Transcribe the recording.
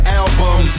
album